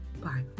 Bye